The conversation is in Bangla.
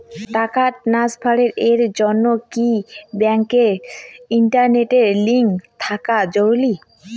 টাকা ট্রানস্ফারস এর জন্য কি ব্যাংকে ইন্টারনেট লিংঙ্ক থাকা জরুরি?